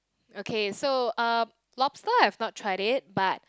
okay so um lobster I've not tried it but